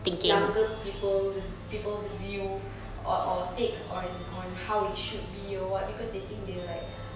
younger people people's view or or take on on how it should be or what because they think they're like